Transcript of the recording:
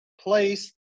place